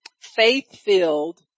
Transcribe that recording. faith-filled